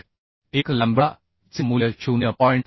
1 lambda e चे मूल्य 0